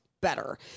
better